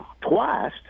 twice